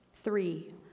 Three